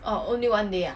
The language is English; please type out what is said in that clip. orh only one day ah